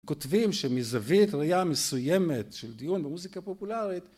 כותבים שמזווית ראיה מסוימת של דיון במוזיקה פופולרית